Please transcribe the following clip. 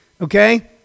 okay